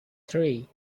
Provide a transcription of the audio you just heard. three